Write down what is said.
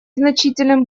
значительным